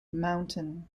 mountain